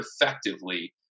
effectively